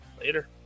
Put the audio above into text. later